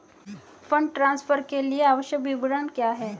Fund transfer के लिए आवश्यक विवरण क्या हैं?